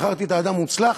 בחרתי אדם מוצלח.